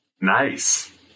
Nice